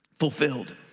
fulfilled